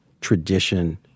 tradition